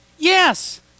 Yes